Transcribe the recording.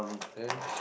then